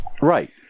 Right